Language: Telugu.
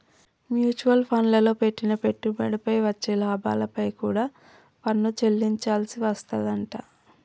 మ్యూచువల్ ఫండ్లల్లో పెట్టిన పెట్టుబడిపై వచ్చే లాభాలపై కూడా పన్ను చెల్లించాల్సి వస్తాదంట